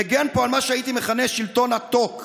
מגן פה על מה שהייתי מכנה "שלטון ה-talk":